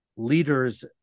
Leaders